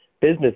business